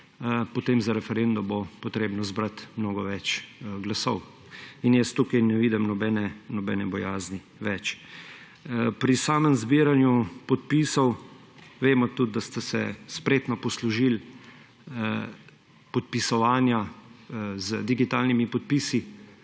Potem za referendum bo potrebno zbrati mnogo več glasov. Tukaj ne vidim nobene bojazni več. Pri samem zbiranju podpisov vemo tudi, da ste se spretno poslužili podpisovanja z digitalnimi podpisi,